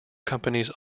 companies